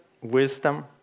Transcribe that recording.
wisdom